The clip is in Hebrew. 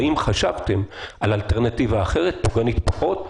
והאם חשבתם על אלטרנטיבה אחרת, פוגענית פחות?